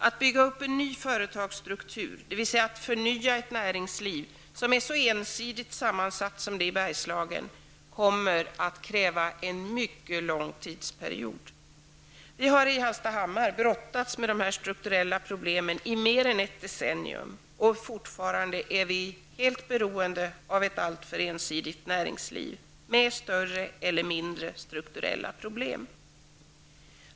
Att bygga upp en ny företagsstruktur, dvs. att förnya ett näringsliv som är så ensidigt sammansatt som det i Bergslagen, kommer att kräva en mycket lång tidsperiod. Vi har i Hallstahammar brottats med dessa strukturella problem i mer än ett decennium. Fortfarande är vi helt beroende av ett alltför ensidigt näringsliv med större eller mindre strukturella problem.